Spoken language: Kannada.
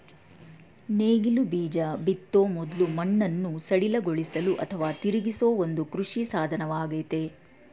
ನೇಗಿಲು ಬೀಜ ಬಿತ್ತೋ ಮೊದ್ಲು ಮಣ್ಣನ್ನು ಸಡಿಲಗೊಳಿಸಲು ಅಥವಾ ತಿರುಗಿಸೋ ಒಂದು ಕೃಷಿ ಸಾಧನವಾಗಯ್ತೆ